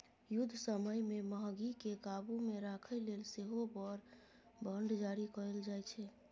युद्ध समय मे महगीकेँ काबु मे राखय लेल सेहो वॉर बॉड जारी कएल जाइ छै